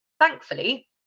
thankfully